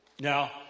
Now